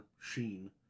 sheen